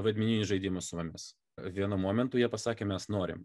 vaidmeninius žaidimus su mumis vienu momentu jie pasakė mes norim